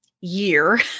year